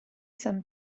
san